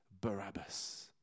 Barabbas